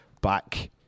back